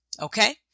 Okay